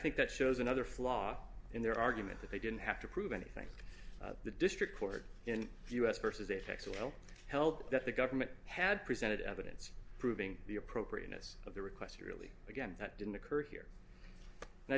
think that shows another flaw in their argument that they didn't have to prove anything to the district court in the us versus a tax will held that the government had presented evidence proving the appropriateness of the request really again that didn't occur here and